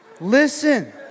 listen